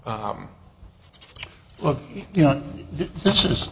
well you know this is